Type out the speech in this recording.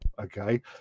Okay